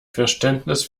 verständnis